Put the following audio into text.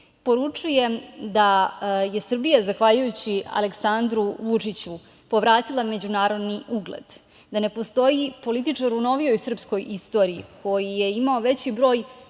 poručujem da je Srbija zahvaljujući Aleksandru Vučiću povratila međunarodni ugled, da ne postoji političar u novijoj srpskoj istoriji koji je imao veći broj